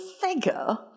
figure